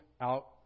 out